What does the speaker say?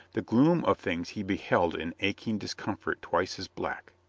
the gloom of things he beheld in aching dis comfort twice as black.